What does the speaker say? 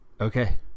Okay